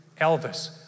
Elvis